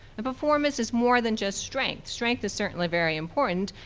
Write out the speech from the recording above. and performance is more than just strength. strength is certainly very important,